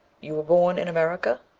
you were born in america?